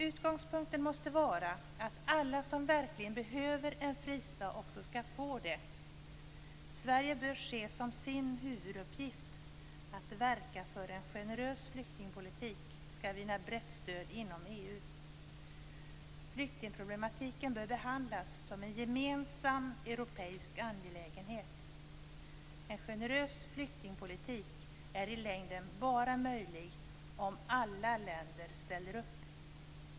Utgångspunkten måste vara att alla som verkligen behöver en fristat också skall få det. Sverige bör se som sin huvuduppgift att verka för att en generös flyktingpolitik skall vinna brett stöd inom EU. Flyktingproblematiken bör behandlas som en gemensam europeisk angelägenhet. En generös flyktingpolitik är i längden bara möjlig om alla länder ställer upp.